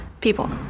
people